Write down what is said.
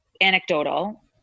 anecdotal